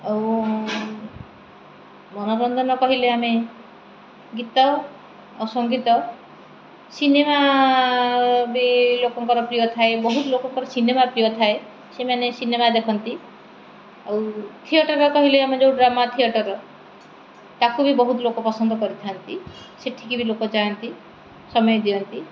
ଆଉ ମନୋରଞ୍ଜନ କହିଲେ ଆମେ ଗୀତ ଆଉ ସଙ୍ଗୀତ ସିନେମା ବି ଲୋକଙ୍କର ପ୍ରିୟ ଥାଏ ବହୁତ ଲୋକଙ୍କର ସିନେମା ପ୍ରିୟ ଥାଏ ସେମାନେ ସିନେମା ଦେଖନ୍ତି ଆଉ ଥିଏଟର୍ କହିଲେ ଆମେ ଯୋଉ ଡ୍ରାମା ଥିଏଟର୍ ତାକୁ ବି ବହୁତ ଲୋକ ପସନ୍ଦ କରିଥାନ୍ତି ସେଠିକି ବି ଲୋକ ଯାଆନ୍ତି ସମୟ ଦିଅନ୍ତି